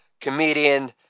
Comedian